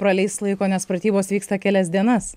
praleis laiko nes pratybos vyksta kelias dienas